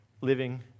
living